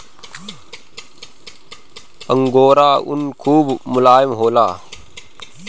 angora ऊन खूब मोलायम होला